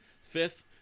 fifth